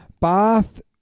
Bath